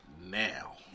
now